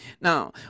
Now